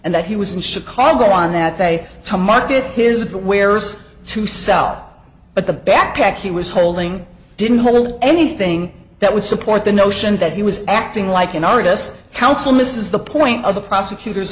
and that he was in chicago on that day to market his wares to sell but the backpack he was holding didn't hold anything that would support the notion that he was acting like an artist council misses the point of the prosecutor